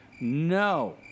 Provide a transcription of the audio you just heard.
no